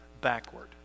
backward